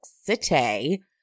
City